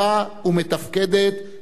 והדבר לא היה קל.